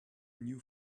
new